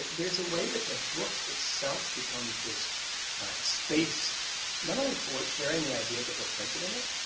there's a way that the book itself becomes this space not only for sharing the ideas that were printed in it,